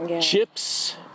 chips